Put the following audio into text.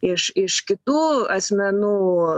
iš iš kitų asmenų